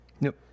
Nope